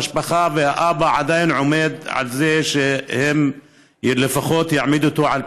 המשפחה והאבא עדיין עומדים על זה שלפחות יעמידו אותו לדין משמעתי,